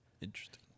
Interesting